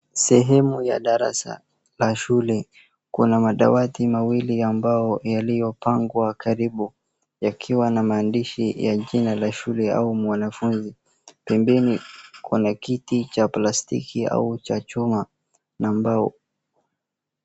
Sehemu ya darasa la shule. Kuna madawati mawili ya mbao yaliyo pangwa karibu yakiwa na maandishi ya jina la shule au mwanafunzi. Pembeni kuna kiti cha plastiki au cha chuma na mbao.